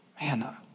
man